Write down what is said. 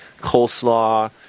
coleslaw